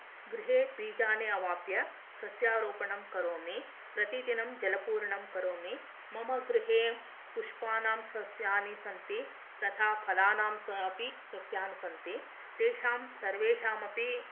गृहे बीजानि अवाप्य सस्यारोपणं करोमि प्रतिदिनं जलपूरणं करोमि मम गृहे पुष्पाणां सस्यानि सन्ति तथा फलानाम् अपि सस्यानि सन्ति तेषां सर्वेषाम् अपि